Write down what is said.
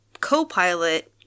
co-pilot